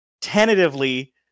tentatively